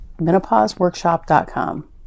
menopauseworkshop.com